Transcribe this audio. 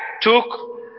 took